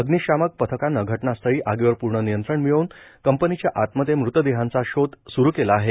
अग्निशामक पथकानं घटनास्थळी आगीवर प्र्ण नियंत्रण मिळवून कंपनीच्या आतमध्ये मृतदेहाचा शोध स्रु केला आहे